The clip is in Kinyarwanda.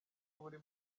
buri